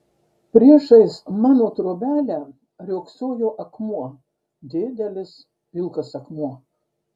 priešais mano trobelę riogsojo akmuo didelis pilkas akmuo